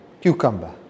cucumber